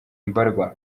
mbarwa